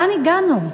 לאן הגענו?